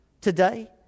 today